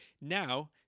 Now